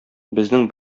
безнең